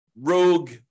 rogue